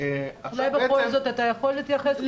אולי בכל זאת אתה יכול להתייחס?